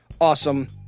Awesome